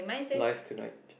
life tonight